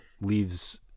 leaves –